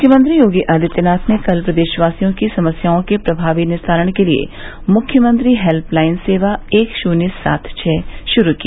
मुख्यमंत्री योगी आदित्यनाथ ने कल प्रदेशवासियों की समस्याओं के प्रभावी निस्तारण के लिए मुख्यमंत्री हेल्पलाइन सेवा एक शून्य सात छ शुरू की